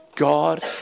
God